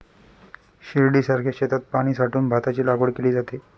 शिर्डीसारख्या शेतात पाणी साठवून भाताची लागवड केली जाते